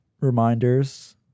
reminders